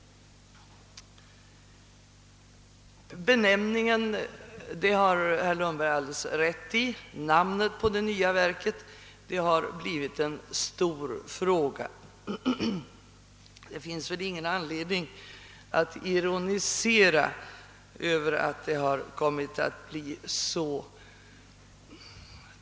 Benämningen på det nya verket har blivit en stor fråga; det har herr Lundberg alldeles rätt i. Det finns ingen anledning att ironisera över att det har kommit att bli så.